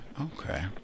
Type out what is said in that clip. Okay